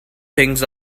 things